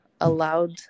allowed